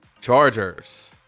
Chargers